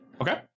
Okay